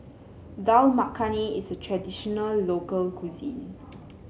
Dal Makhani is a traditional local cuisine